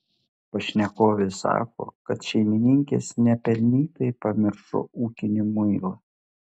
pašnekovė sako kad šeimininkės nepelnytai pamiršo ūkinį muilą